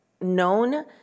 known